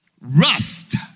Rust